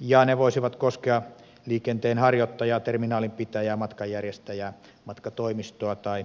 ja ne voisivat koskea liikenteenharjoittajaa terminaalinpitäjää matkanjärjestäjää matkatoimistoa tai lipunmyyjää